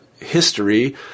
history